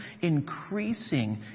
increasing